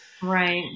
Right